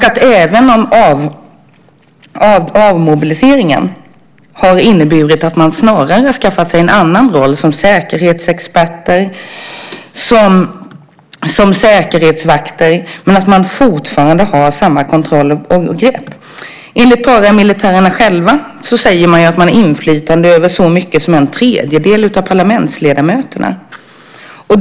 Avmobiliseringen ska även ha inneburit att de skaffat sig andra roller, såsom säkerhetsexperter och säkerhetsvakter, men fortfarande har samma kontroll och grepp. Paramilitärerna själva säger att de har inflytande över så många som en tredjedel av parlamentsledamöterna.